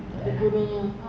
you tak ada gunanya